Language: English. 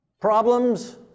problems